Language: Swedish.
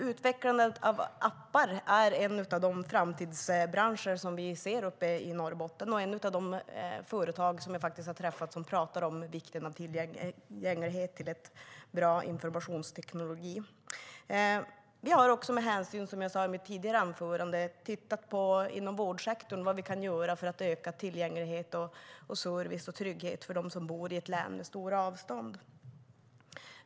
Utvecklandet av appar är en av de framtidsbranscher som vi ser uppe i Norrbotten, och jag har träffat representanter för ett sådant företag, som talar om vikten av tillgång till bra informationsteknik. Som jag sade i mitt tidigare anförande har vi i vårdsektorn tittat på vad vi kan göra för att öka tillgänglighet, service och trygghet för dem som bor i ett län med stora avstånd.